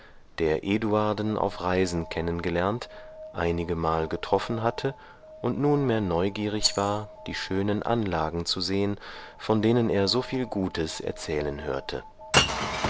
eduarden auf reisen kennengelernt einigemal getroffen hatte und nunmehr neugierig war die schönen anlagen zu sehen von denen er soviel gutes erzählen hörte